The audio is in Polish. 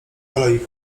kolei